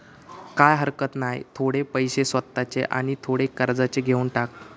काय हरकत नाय, थोडे पैशे स्वतःचे आणि थोडे कर्जाचे घेवन टाक